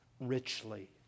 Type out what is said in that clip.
richly